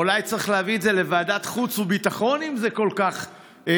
אולי צריך להביא את זה לוועדת החוץ והביטחון אם זה כל כך סודי,